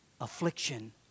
affliction